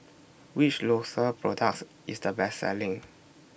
Which Isocal products IS The Best Selling